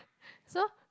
so